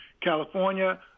California